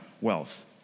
wealth